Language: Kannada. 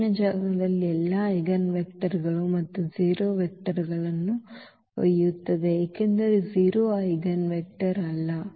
ಶೂನ್ಯ ಜಾಗದಲ್ಲಿ ಎಲ್ಲಾ ಐಜೆನ್ವೆಕ್ಟರ್ಗಳು ಮತ್ತು 0 ವೆಕ್ಟರ್ಗಳನ್ನು ಒಯ್ಯುತ್ತದೆ ಏಕೆಂದರೆ 0 ಐಜೆನ್ವೆಕ್ಟರ್ ಅಲ್ಲ